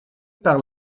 par